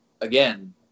again